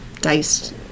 diced